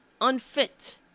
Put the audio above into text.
unfit